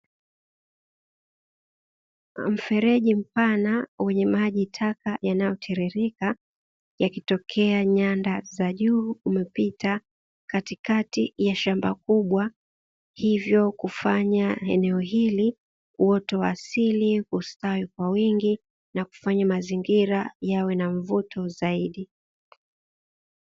Mfereji mpana wenye maji taka yanayotiririka yakitokea nyanda za juu umepita katikati ya shamba kubwa, hivyo kufanya eneo hili uoto wa asili hustawi kwa wingi na kufanya mazingira yawe na mvuto zaidi.